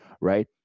right